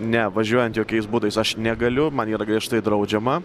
ne važiuojant jokiais būdais aš negaliu man yra griežtai draudžiama